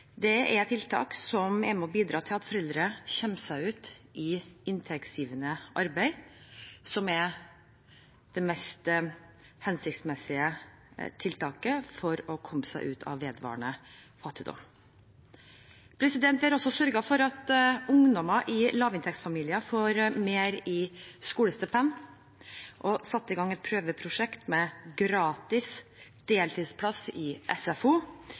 Det er tiltak som er med på å bidra til at foreldre kommer seg ut i inntektsgivende arbeid, som er det mest hensiktsmessige tiltaket for å komme seg ut av vedvarende fattigdom. Vi har også sørget for at ungdommer i lavinntektsfamilier får mer i skolestipend, og har satt i gang et prøveprosjekt med gratis deltidsplass i SFO